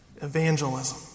Evangelism